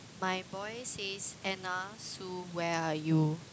my boys says Anna Sue where are you